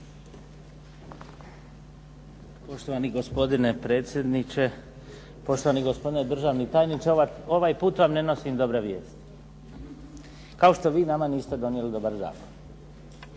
Poštovani gospodine predsjedniče, poštovani gospodine državni tajniče. Ovaj put vam ne nosim dobre vijesti kao što vi nama niste donijeli dobar zakon.